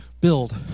build